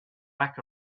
lack